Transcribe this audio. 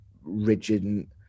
rigid